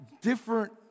different